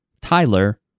Tyler